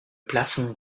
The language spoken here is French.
plafond